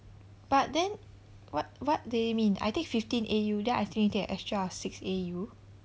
but then what what they mean I take fifteen A_U then I still need to take a extra of six A_U